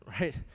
right